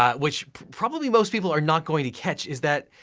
um which probably most people are not going to catch is that,